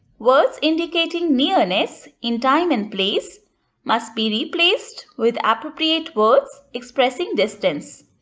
words indicating nearness in time and place must be replaced with appropriate words expressing distance.